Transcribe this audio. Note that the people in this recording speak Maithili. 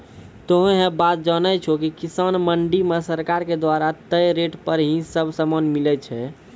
तोहों है बात जानै छो कि किसान मंडी मॅ सरकार के द्वारा तय रेट पर ही सब सामान मिलै छै